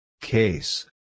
Case